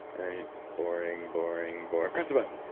and then boring, boring, boring, press the button.